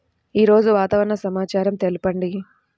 ఈరోజు వాతావరణ సమాచారం తెలుపండి